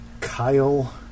Kyle